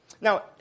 Now